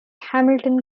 hamilton